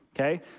Okay